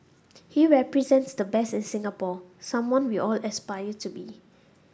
he represents the best in Singapore someone we all aspire to be